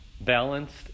balanced